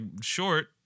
short